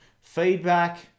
Feedback